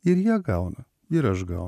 ir jie gauna ir aš gau